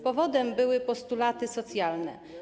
Powodem były postulaty socjalne.